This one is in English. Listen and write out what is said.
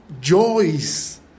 joys